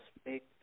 speak